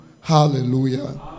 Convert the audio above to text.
Hallelujah